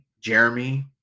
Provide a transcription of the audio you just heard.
Jeremy